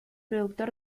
productor